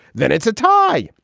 then it's a tie.